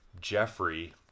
Jeffrey